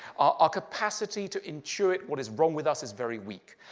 our capacity to intuit what is wrong with us is very weak.